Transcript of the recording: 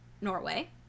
Norway